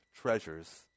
treasures